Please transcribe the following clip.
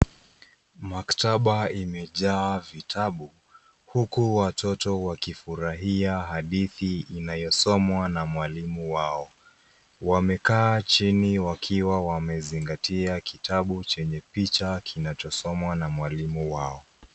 Maktaba imejaa vitabu huku watoto wakifurahia hadithi inayosomwa na mwalimu wao. Wamekaa chini wakiwa wamezingatia kitabu chenye picha kinachosomwa na mwalimu wao.